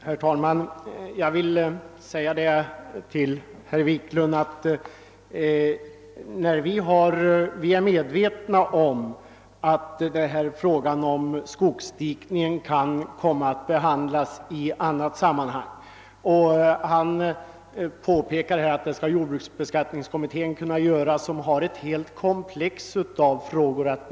Herr talman! Jag vill framhålla för herr Wiklund att vi är medvetna om att frågan om skogsdikningen kan komma att behandlas i ett annat sammanhang. Han påpekade att jordbruksbeskattningskommittén bör kunna ta upp även denna sak.